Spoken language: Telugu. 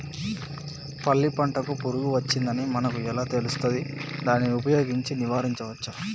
పల్లి పంటకు పురుగు వచ్చిందని మనకు ఎలా తెలుస్తది దాన్ని ఉపయోగించి నివారించవచ్చా?